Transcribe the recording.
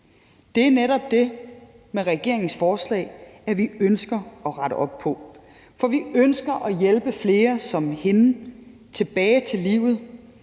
Det er netop det, vi med regeringens forslag ønsker at rette op på, for vi ønsker at hjælpe flere som hende tilbage til livet.